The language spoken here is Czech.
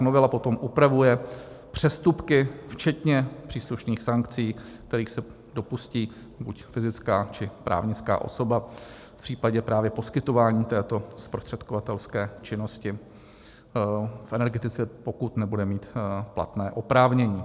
Novela potom upravuje přestupky včetně příslušných sankcí, kterých se dopustí buď fyzická, či právnická osoba v případě poskytování této zprostředkovatelské činnosti v energetice, pokud nebude mít platné oprávnění.